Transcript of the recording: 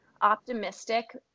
optimistic